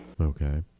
Okay